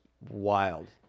wild